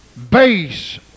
base